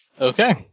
Okay